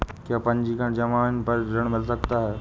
क्या पंजीकरण ज़मीन पर ऋण मिल सकता है?